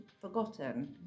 forgotten